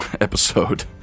episode